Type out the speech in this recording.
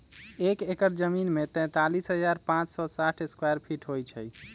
एक एकड़ जमीन में तैंतालीस हजार पांच सौ साठ स्क्वायर फीट होई छई